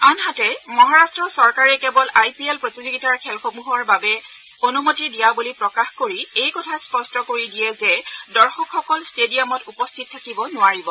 আনহাতে মহাৰাট্ট চৰকাৰে কেৱল আই পি এল প্ৰতিযোগিতাৰ খেলসমূহৰ বাবেহে অনুমতি দিয়া বুলি প্ৰকাশ কৰি এই কথা স্পষ্ট কৰি দিয়ে যে দৰ্শকসকল ষ্টেডিয়ামত উপস্থিত থাকিব নোৱাৰিব